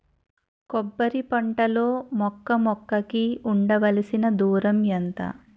కొబ్బరి పంట లో మొక్క మొక్క కి ఉండవలసిన దూరం ఎంత